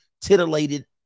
titillated